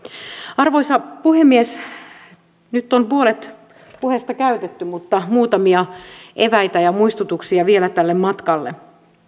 arvoisa puhemies nyt on puolet puheesta käytetty mutta muutamia eväitä ja muistutuksia vielä tälle matkalle